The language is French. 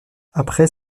après